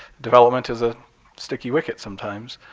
development is a sticky wicket sometimes.